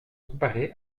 comparer